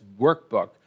workbook